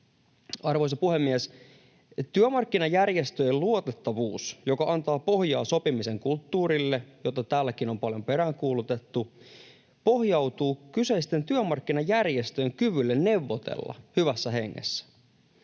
Arvoisa puhemies! Työmarkkinajärjestöjen luotettavuus, joka antaa pohjaa sopimisen kulttuurille, jota täälläkin on paljon peräänkuulutettu, pohjautuu kyseisten työmarkkinajärjestöjen kyvylle neuvotella hyvässä hengessä.